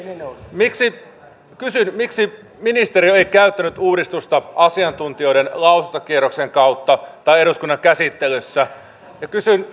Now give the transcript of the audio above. yksi kysyn miksi ministeriö ei käyttänyt uudistusta asiantuntijoiden lausuntakierroksen kautta tai eduskunnan käsittelyssä kaksi ja kysyn